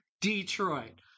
Detroit